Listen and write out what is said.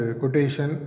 quotation